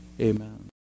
Amen